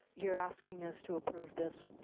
you are asking us to approve this.